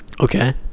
Okay